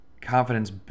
confidence